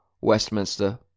Westminster